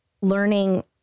learning